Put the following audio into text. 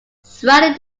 surrounding